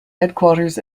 headquarters